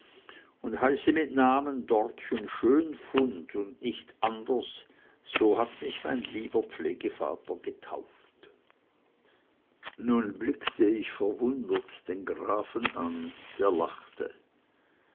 und heiße mit namen dortchen schönfund und nicht anders so hat mich mein lieber pflegevater getauft nun blickte ich verwundert den grafen an der lachte